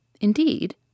Indeed